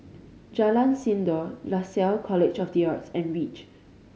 Jalan Sindor Lasalle College of The Arts and Reach